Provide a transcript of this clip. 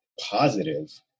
positive